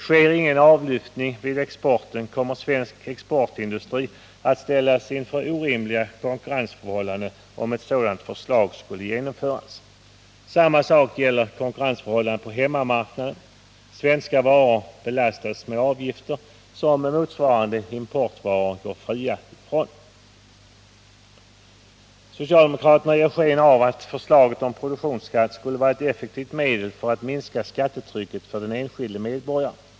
Sker ingen avlyftning vid exporten, kommer svensk exportindustri att ställas inför orimliga konkurrensförhållanden, om ett sådant förslag skulle genomföras. Samma sak gäller konkurrensförhållandet på hemmamarknaden. Svenska varor skulle belastas med avgifter som motsvarande importvaror går fria ifrån. Socialdemokraterna ger sken av att förslaget om produktionsskatt skulle vara ett effektivt medel för att minska skattetrycket för den enskilde medborgaren.